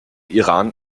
iran